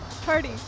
Party